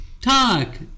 Talk